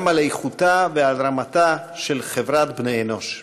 על איכותה ועל רמתה של חברת בני-אנוש.